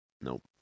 Nope